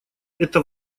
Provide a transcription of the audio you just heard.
это